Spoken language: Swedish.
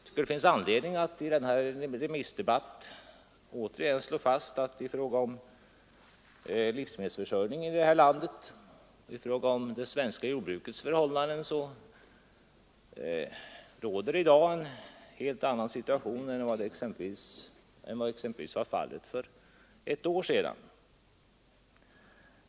Jag tror det finns anledning att i denna allmänpolitiska debatt återigen slå fast att i fråga om livsmedelsförsörjningen i det här landet och i fråga om det svenska jordbrukets förhållanden råder det i dag en helt annan situation än exempelvis för ett år sedan.